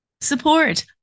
support